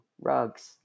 rugs